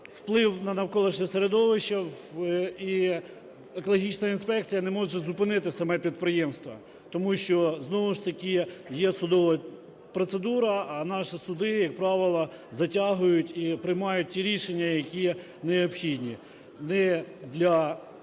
вплив на навколишнє середовище, екологічна інспекція не може зупинити саме підприємство. Тому що, знову ж таки, є судова процедура, а наші суди, як правило, затягують і приймають ті рішення, які необхідні